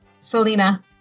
Selena